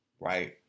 right